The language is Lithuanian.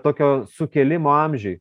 tokio sukėlimo amžiuj